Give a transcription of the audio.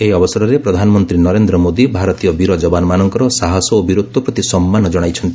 ଏହି ଅବସରରେ ପ୍ରଧାନମନ୍ତ୍ରୀ ନରେନ୍ଦ୍ର ମୋଦି ଭାରତୀୟ ବୀର ଯବାନଙ୍କର ସାହସ ଓ ବୀରତ୍ୱ ପ୍ରତି ସମ୍ମାନ ଜଣାଇଛନ୍ତି